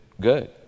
good